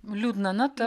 liūdna nata